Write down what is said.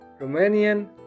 Romanian